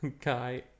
guy